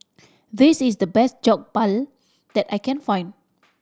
this is the best Jokbal that I can find